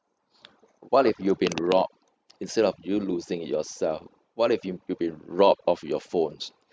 what if you been rob instead of you losing it yourself what if you you been robbed of your phones